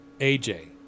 AJ